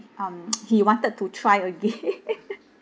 um he wanted to try again